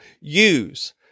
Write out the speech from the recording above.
use